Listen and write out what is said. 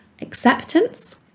acceptance